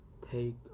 take